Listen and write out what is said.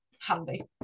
Handy